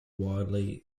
widely